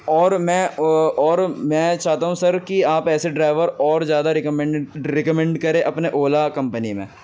اور میں اور میں چاہتا ہوں سر کہ آپ ایسے ڈرائیور اور زیادہ ریکمنڈڈ ریکمنڈ کریں اپنے اولا کمپنی میں